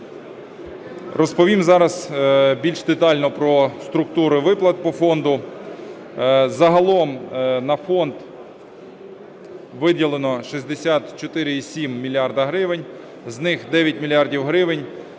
Розповім зараз більш детально про структури виплат по фонду. Загалом на фонд виділено 64,7 мільярда гривень. З них 9 мільярдів